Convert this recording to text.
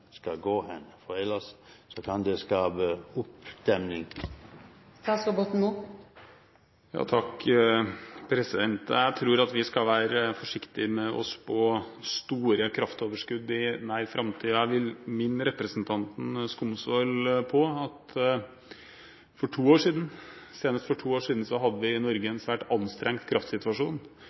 skal gå hen. For ellers kan det skape oppdemning. Jeg tror at vi skal være forsiktige med å spå store kraftoverskudd i nær framtid. Jeg vil minne representanten Skumsvoll på at senest for to år siden hadde vi i Norge en svært anstrengt kraftsituasjon,